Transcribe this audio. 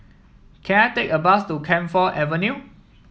can I take a bus to Camphor Avenue